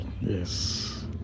yes